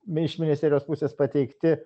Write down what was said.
mi iš ministerijos pusės pateikti